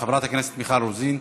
חברת הכנסת מיכל רוזין.